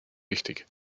wichtig